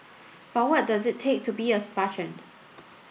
but what does it take to be a spartan